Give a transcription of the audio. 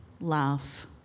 laugh